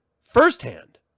firsthand